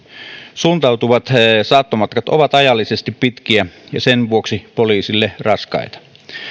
suuntautuvat saattomatkat ovat ajallisesti pitkiä ja sen vuoksi poliisille raskaita